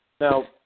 Now